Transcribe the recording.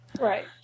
Right